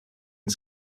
the